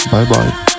Bye-bye